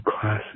classes